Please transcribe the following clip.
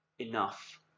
enough